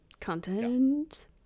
content